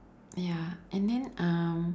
ya and then um